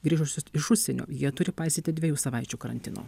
grįžusius iš užsienio jie turi paisyti dvejų savaičių karantino